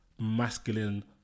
masculine